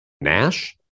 Nash